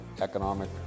economic